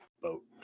boat